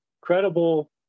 credible